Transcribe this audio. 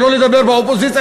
שלא לדבר באופוזיציה,